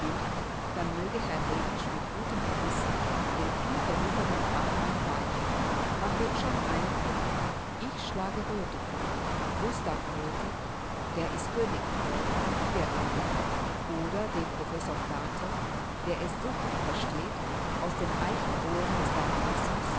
dann möge herr hänisch mit gutem gewissen dem vielberufenen fachmanne weichen man wird schon einen finden ich schlage roethe vor gustav roethe der ist königstreu und bierehrlich oder den professor plate der es so gut versteht aus den eichenbohlen des darwinismus